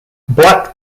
black